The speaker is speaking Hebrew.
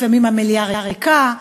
לפעמים המליאה ריקה,